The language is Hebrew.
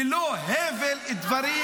ולא הבל דברים,